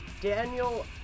Daniel